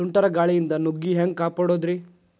ಸುಂಟರ್ ಗಾಳಿಯಿಂದ ನುಗ್ಗಿ ಹ್ಯಾಂಗ ಕಾಪಡೊದ್ರೇ?